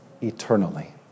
eternally